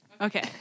Okay